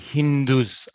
Hindus